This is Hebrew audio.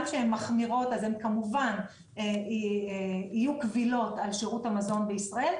שהן מחמירות אז הן כמובן יהיו קבילות על שירות המזון בישראל,